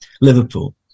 Liverpool